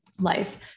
life